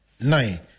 nine